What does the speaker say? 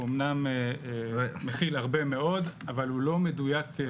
אמנם מכיל הרבה מאוד אבל הוא לא מדויק.